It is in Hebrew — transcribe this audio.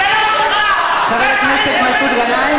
חבר הכנסת מסעוד גנאים,